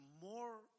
more